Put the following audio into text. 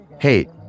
hey